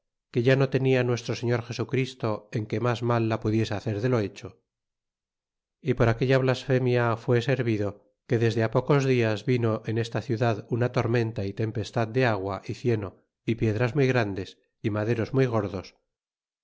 que ya no tenia nuestro señor jesu christo en que mas mal la pudiese hacer de lo hecho y por aquella blasfemia fué servido que desde á pocos dias vino en esta ciudad una tormenta y tempestad de agua y cieno y piedras muy grandes y maderos mu n gordos